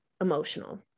emotional